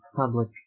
public